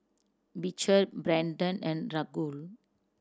Beecher Brendon and Raquel